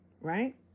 right